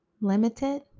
limited